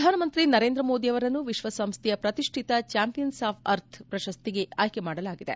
ಪ್ರಧಾನಮಂತ್ರಿ ನರೇಂದ್ರ ಮೋದಿ ಅವರನ್ನು ವಿಶ್ವಸಂಸ್ಥೆಯ ಪ್ರತಿಷ್ಠಿತ ಚಾಂಪಿಯನ್ಸ್ ಆಫ್ ಅರ್ಥ್ ಪ್ರಶಸ್ತಿಗೆ ಆಯ್ಲೆ ಮಾಡಲಾಗಿದೆ